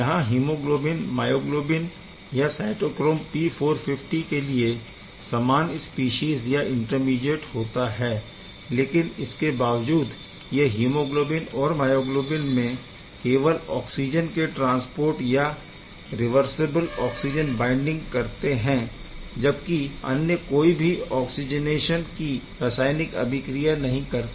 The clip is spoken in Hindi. यहाँ हीमोग्लोबिन मायोग्लोबिन या साइटोक्रोम P450 के लिए समान स्पीशीज़ या इंटरमीडिएट होता है लेकिन इसके बावजूद यह हीमोग्लोबिन और मायोग्लोबिन में केवल ऑक्सिजन के ट्रांसपोर्ट या रिवर्ससिबल ऑक्सिजन बाइंडिंग करते है जबकि अन्य कोई भी ऑक्सीजनेशन की रासायनिक अभिक्रिया नहीं करते